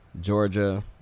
georgia